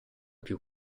più